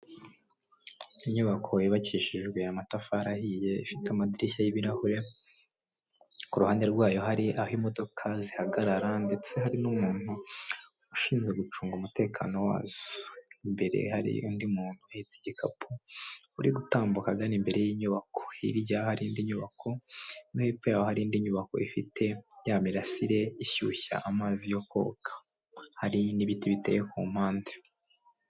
Inyubako yubakishijwe amatafari ahiye ifite amadirishya y'ibirahure ku ruhande rwayo hari aho imodoka zihagarara ndetse hari n'umuntu ushinzwe gucunga umutekano wazo, imbere hari undi muntu uhetse igikapu uri gutambuka agana imbere y'inyubako hirya hari indi nyubako no hepfo yayo hari indi nyubako ifite ya mirasire ishyushya amazi yo koga, hari n'ibiti biteye ku mpande.